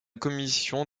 commission